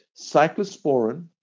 Cyclosporin